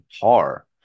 par